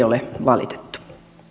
ole valitettu